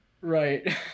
Right